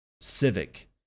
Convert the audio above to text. Civic